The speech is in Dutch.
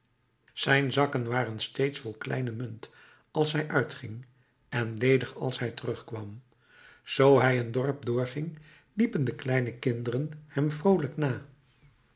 zijn zakken waren steeds vol kleine munt als hij uitging en ledig als hij terugkwam zoo hij een dorp doorging liepen de kleine kinderen hem vroolijk na